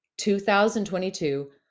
2022